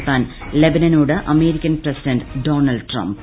നടത്താൻ ലബനനോട് American president Donald Trump